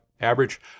Average